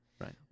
Right